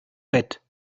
bett